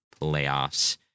playoffs